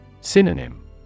Synonym